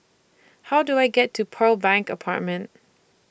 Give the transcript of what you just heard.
How Do I get to Pearl Bank Apartment